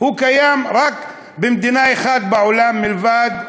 הוא קיים רק במדינה אחת בעולם מלבד ישראל,